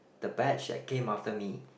the batch that came after me